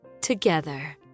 together